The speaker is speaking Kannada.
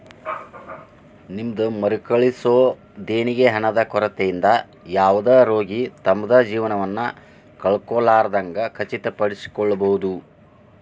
ನಿಮ್ದ್ ಮರುಕಳಿಸೊ ದೇಣಿಗಿ ಹಣದ ಕೊರತಿಯಿಂದ ಯಾವುದ ರೋಗಿ ತಮ್ದ್ ಜೇವನವನ್ನ ಕಳ್ಕೊಲಾರ್ದಂಗ್ ಖಚಿತಪಡಿಸಿಕೊಳ್ಬಹುದ್